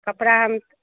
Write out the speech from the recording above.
कपड़ा हम